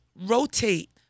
rotate